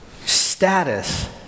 status